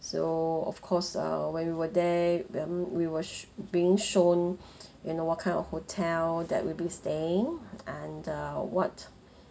so of course uh when we were there when we was being shown you know what kind of hotel that we'll be staying and uh what